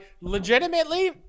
legitimately